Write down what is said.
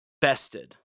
bested